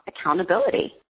accountability